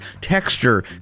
texture